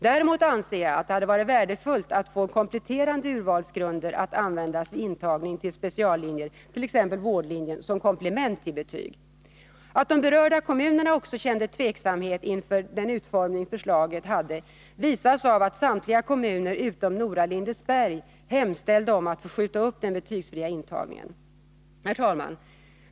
Däremot anser jag att det hade varit värdefullt att få kompletterande urvalsgrunder att användas vid intagning till speciallinjer, t.ex. vårdlinjen, som komplement till betyg. Att de berörda kommunerna tvivlade inför förslagets utformning visas också av att samtliga kommuner utom Nora och Lindesberg hemställde om att få skjuta upp den betygsfria intagningen. Herr talman!